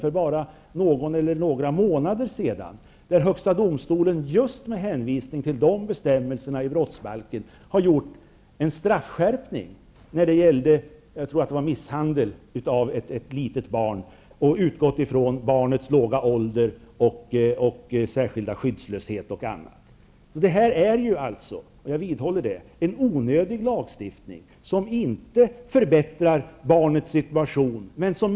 För bara någon månad sedan gjorde högsta domstolen, just med hänvisning till de bestämmelserna i brottsbalken, en straffskärpning. Jag tror att det gällde misshandel av ett litet barn. Man utgick från barnets låga ålder, särskilda skyddslöshet m.m. Jag vidhåller att det här är en onödig lagstiftning. Barnets situation förbättras inte.